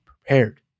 prepared